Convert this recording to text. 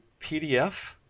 PDF